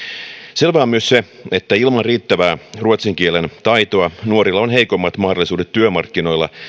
selvää on myös se että ilman riittävää ruotsin kielen taitoa nuorilla on heikommat mahdollisuudet työmarkkinoilla